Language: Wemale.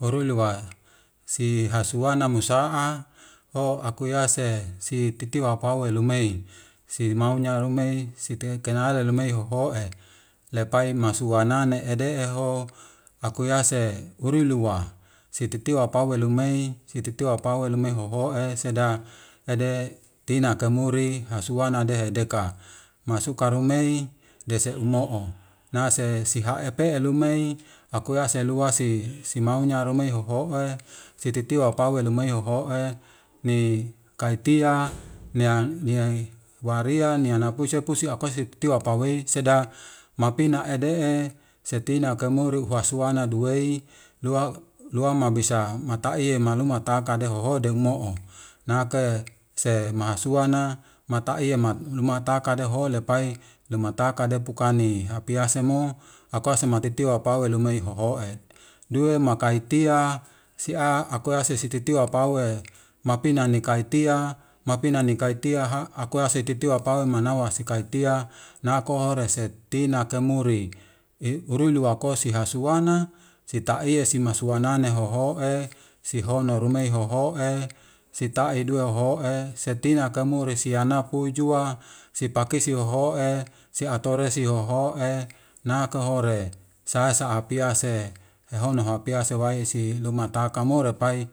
Worui luwa si hasuana musa'a oakuyase si titiwa apawe lumei, simaunya rumei si tekenala lumei hohoe lepai masuanane ade'eho kuyase uriulua sititiwa apawe lumei sititiwa apawe lumei hohoe seda ede tina kemuri hasuanadeh deka masuka rumei dese umo'o nase si haepe elumei kuyase luwasi si si maunya romei hohoe si titiwa pawei luwmei hohoe ni kaitia ni waria ni nakui sepusi apasi titiwa apwei seda mapina ede'e setina kemuri uhasuana duwei lua lua mabisa matai maluma taka dehoho demo'o nake se masuana matai yema lumatka deho lepai lumataka depukani hapiasemo akuase matitiwa apawe lumei hohoe duwe maki tia sia si akuase si tiitwa apawe mapina nikai tia, mapina nikai tia ha akuase titiwa apawe mana sikai tia nakore resetina kemuri uruluako si hasuana si taie si amasuananane hohoe, si hono rumae hohoe, sitai dua hohoe, si tina kemuri si hana pui jua, si apkehi si hohoe, si hatore si hohoe, nakehore sasa apiase ehono hapiase wai si luma taka mo repai